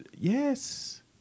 Yes